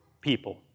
people